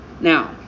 Now